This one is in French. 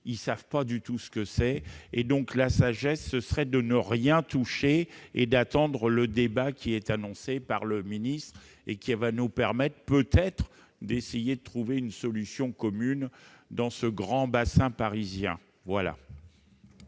ils savent pas du tout ce que c'est et donc la sagesse serait de ne rien toucher et d'attendre le débat qui était annoncé par le ministre et qui va nous permettent peut-être d'essayer de trouver une solution commune dans ce grand bassin parisien voilà.